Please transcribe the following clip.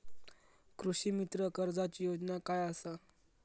कृषीमित्र कर्जाची योजना काय असा?